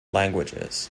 languages